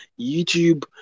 youtube